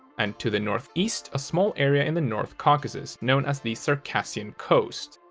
and to the northeast a small area in the north caucasus known as the circassian coast,